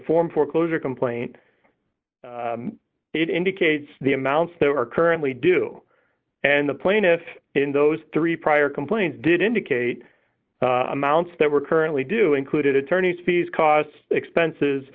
form foreclosure complaint it indicates the amounts they were currently do and the plaintiff in those three prior complaints did indicate amounts that were currently do include attorney's fees costs expenses